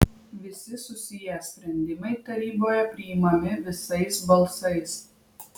visi susiję sprendimai taryboje priimami visais balsais